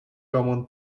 common